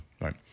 Right